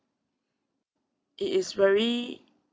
it is very